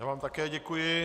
Já vám také děkuji.